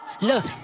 Look